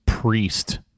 Priest